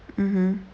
mmhmm